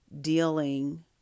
dealing